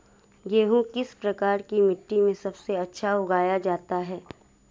गेहूँ किस प्रकार की मिट्टी में सबसे अच्छा उगाया जाता है?